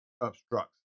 obstructs